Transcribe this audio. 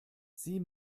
sie